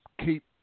keep